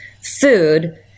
food